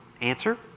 Answer